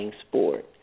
sport